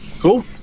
Cool